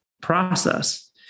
process